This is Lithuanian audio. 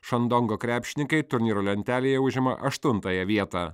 šandongo krepšininkai turnyro lentelėje užima aštuntąją vietą